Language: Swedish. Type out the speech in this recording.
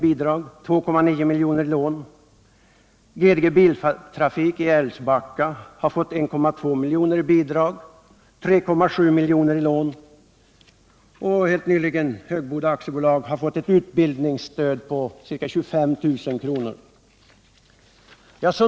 i bidrag och 2,9 milj.kr. i lån. GSG Biltrafik i Älvsbacka har fått 1,2 milj.kr. i bidrag och 3,7 milj.kr. i lån. Och helt nyligen har Högboda AB fått ett utbildningsstöd på ca 25 000 kr.